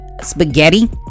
Spaghetti